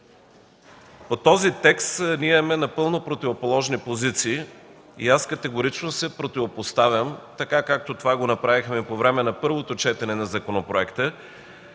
По този текст ние имаме напълно противоположни позиции. Аз напълно категорично се противопоставям, както го направихме по време на първото четене на законопроекта,